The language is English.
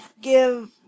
give